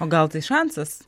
o gal tai šansas